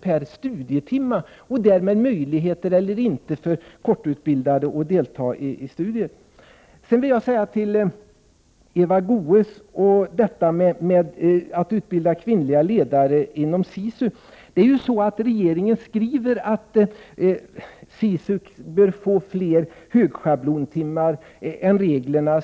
per studietim 26 april 1989 me, vilket naturligtvis påverkar möjligheter för de kortutbildade att delta i studier. Eva Goés talar om att utbilda kvinnliga ledare inom SISU. Regeringen skriver att SISU bör få fler högschablontimmar än enligt reglerna